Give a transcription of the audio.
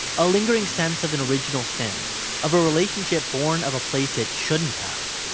a lingering sense of an original sin of a relationship born of a place it shouldn't have.